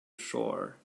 shore